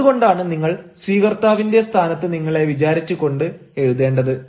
അതുകൊണ്ടാണ് നിങ്ങൾ സ്വീകർത്താവിന്റെ സ്ഥാനത്ത് നിങ്ങളെ വിചാരിച്ചുകൊണ്ട് എഴുതേണ്ടത്